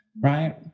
Right